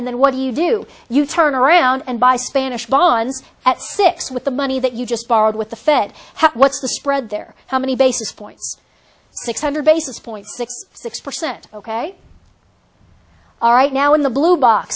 and then what do you do you turn around and buy spanish bonds at six with the money that you just borrowed with the fed what's the spread there how many basis points six hundred basis point six percent ok all right now in the blue box